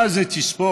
מה זה תספורת.